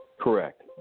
correct